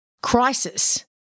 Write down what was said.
crisis